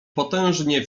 potężnie